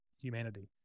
humanity